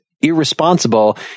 irresponsible